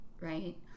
right